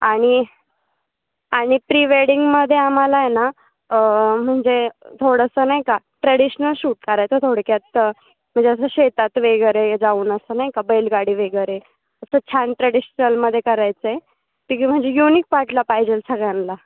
आणि आणि प्री वेडिंगमध्ये आम्हाला आहे ना म्हणजे थोडंसं नाही का ट्रॅडिशनल शूट करायचं थोडक्यात म्हणजे असं शेतात वगैरे जाऊन असं नाही का बैलगाडी वगैरे असं छान ट्रॅडिशनलमध्ये करायचं आहे तिकडे म्हणजे योनिक वाटला पाहिजेल सगळ्यांना